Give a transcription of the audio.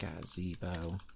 gazebo